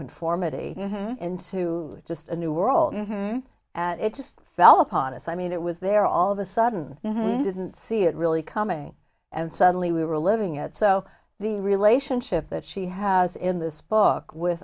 conformity into just a new world at it just fell upon us i mean it was there all of a sudden you didn't see it really coming and suddenly we were living it so the relationship that she has in this book with